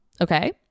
okay